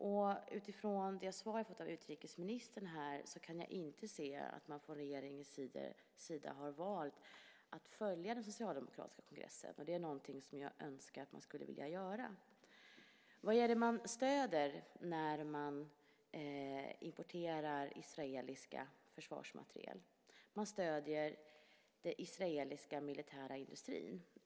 Av det svar jag har fått av utrikesministern här kan jag inte se att man från regeringens sida har valt att följa den socialdemokratiska kongressens beslut, och det är något som jag önskar att man skulle vilja göra. Vad är det man stöder när man importerar israelisk försvarsmateriel? Man stöder den israeliska militära industrin.